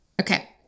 Okay